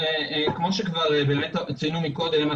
כמו שכבר ציינו מקודם,